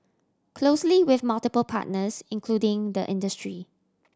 closely with multiple partners including the industry